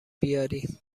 بیاری